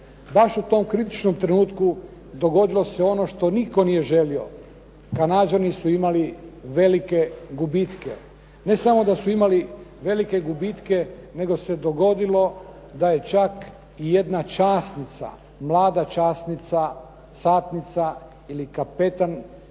Baš u tom kritičnom trenutku dogodilo se ono što nitko nije želio, Kanađani su imali velike gubitke, ne samo da su imali velike gubitke nego se čak dogodilo da je čak i jedna časnica, mlada časnica, satnica ili kapetan bila